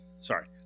sorry